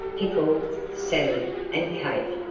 pickles, salmon, and cake,